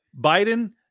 Biden